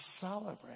celebrate